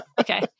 Okay